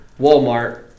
Walmart